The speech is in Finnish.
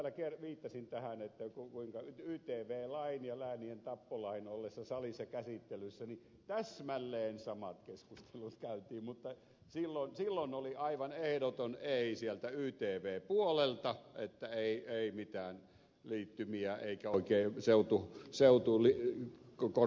sitten täällä jo viittasin tähän kuinka ytv lain ja läänien tappolain ollessa salissa käsittelyssä täsmälleen samat keskustelut käytiin mutta silloin oli aivan ehdoton ei sieltä ytvn puolelta että ei mitään liittymiä eikä oikein seutukonstellaatioitakaan